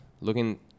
looking